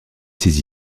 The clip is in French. ses